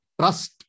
trust